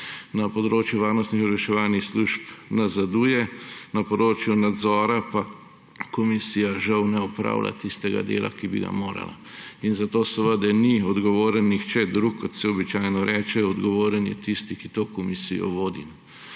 na področju varnostnih in obveščevalnih služb nazaduje, na področju nadzora pa komisija žal ne opravlja tistega dela, ki bi ga morala, in za to seveda ni odgovoren nihče drug, kot se običajno reče, odgovoren je tisti, ki to komisijo vodi.